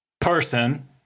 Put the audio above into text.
person